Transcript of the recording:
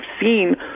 seen